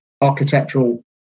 architectural